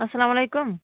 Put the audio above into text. اسلام علیکُم